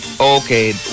Okay